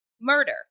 murder